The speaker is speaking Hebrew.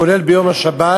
כולל ביום השבת,